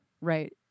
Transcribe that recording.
right